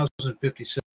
1057